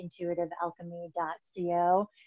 intuitivealchemy.co